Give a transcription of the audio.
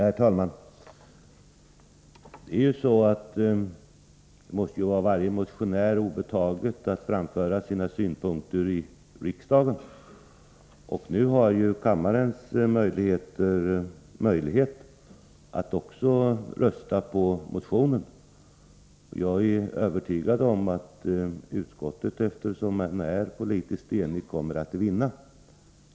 Herr talman! Det måste vara varje motionär obetaget att framföra sina synpunkter i riksdagen. Nu har ju kammarens ledamöter möjlighet att också rösta på motionen. Jag är övertygad om att utskottet, som är enigt, kommer att vinna.